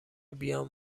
بیام